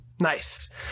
Nice